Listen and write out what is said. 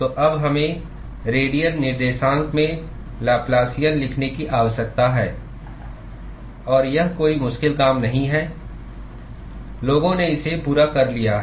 तो अब हमें रेडियल निर्देशांक में लैप्लासियन लिखने की आवश्यकता है और यह कोई मुश्किल काम नहीं है लोगों ने इसे पूरा कर लिया है